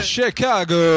Chicago